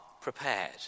prepared